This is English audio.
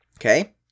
okay